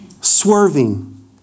Swerving